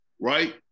right